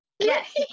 Yes